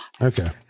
Okay